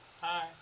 Hi